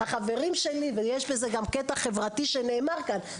החברים שלי כולם עובדים.״ אז יש פה גם קטע ואמירה חברתית: